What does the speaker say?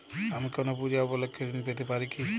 আমি কোনো পূজা উপলক্ষ্যে ঋন পেতে পারি কি?